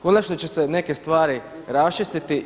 Konačno će se neke stvari raščistiti.